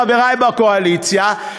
חברי בקואליציה,